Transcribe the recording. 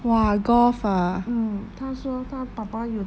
mm 她说她爸爸有